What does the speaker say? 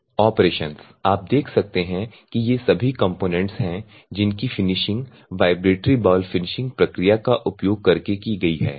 operations आप देख सकते हैं कि ये सभी कंपोनेन्ट्स हैं जिनकी फिनिशिंग वाइब्रेटरी बाउल फिनिशिंग प्रक्रिया का उपयोग करके की गई है